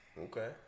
Okay